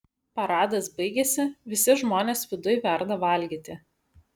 paradas baigėsi visi žmonės viduj verda valgyti